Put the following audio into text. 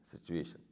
situation